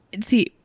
See